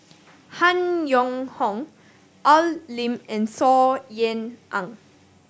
Han Yong Hong Al Lim and Saw Ean Ang